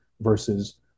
versus